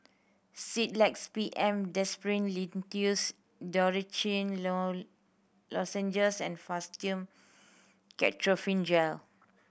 Sedilix B M Linctus Dorithricin Lozenges and Fastum Ketoprofen Gel